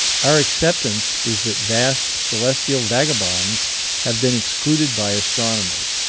our acceptance is that vast celestial vagabonds have been excluded by astronomers,